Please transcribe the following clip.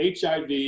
HIV